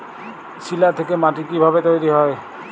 শিলা থেকে মাটি কিভাবে তৈরী হয়?